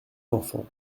d’enfants